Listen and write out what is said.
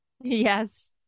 yes